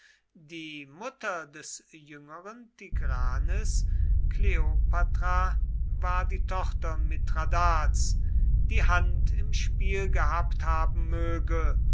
die mutter des jüngeren tigranes kleopatra war die tochter mithradats die hand im spiel gehabt haben möge